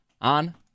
on